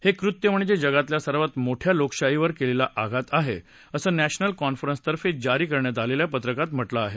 हे कृत्य म्हणजे जगातल्या सर्वात मोठ्या लोकशाहीवर केलेला आघात आहे असं नॅशनल कॉन्फरन्सतर्फे जारी करण्यात आलेल्या पत्रकात म्हटलं आहे